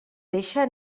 deixa